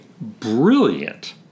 brilliant